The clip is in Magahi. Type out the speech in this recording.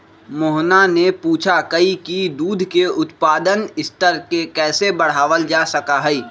मोहना ने पूछा कई की दूध के उत्पादन स्तर के कैसे बढ़ावल जा सका हई?